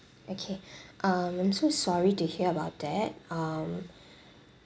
okay um I'm so sorry to hear about that um